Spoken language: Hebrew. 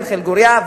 אנחל גורייה,